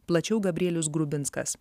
plačiau gabrielius grubinskas